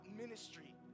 ministry